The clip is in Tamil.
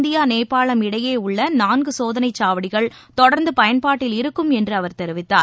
இந்தியா நேபாளம் இடையேஉள்ளநான்குசோதனைசாவடிகள் தொடர்ந்துபயன்பாட்டில் இருக்கும் என்றுஅவர் தெரிவித்தார்